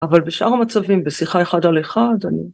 אבל בשאר המצבים בשיחה אחד על אחד אני